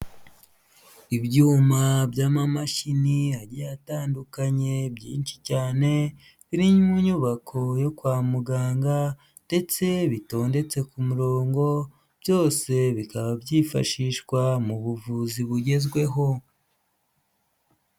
Ibyuma by'amamashini agiye atandukanye byinshi cyane biri mu nyubako yo kwa muganga ndetse bitondetse ku murongo byose bikaba byifashishwa mu buvuzi bugezweho.